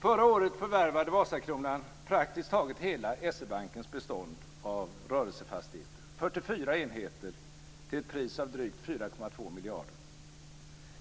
Förra året förvärvade Vasakronan praktiskt taget hela S-E-Bankens bestånd av rörelsefastigheter, 44 enheter till ett pris av drygt 4,2 miljarder.